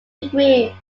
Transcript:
degree